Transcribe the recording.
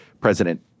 President